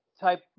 type